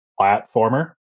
platformer